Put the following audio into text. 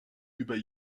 über